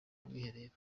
bwiherero